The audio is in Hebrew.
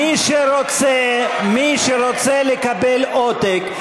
מי שרוצה לקבל עותק,